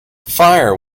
fire